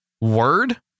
word